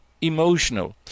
emotional